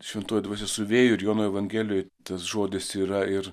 šventoji dvasia su vėju ir jono evangelijoj tas žodis yra ir